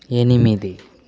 ఎనిమిది